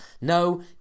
No